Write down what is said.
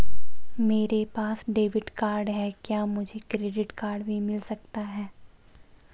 मेरे पास debit card है क्या मुझे क्रेडिट कार्ड भी मिल सकता है?